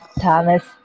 Thomas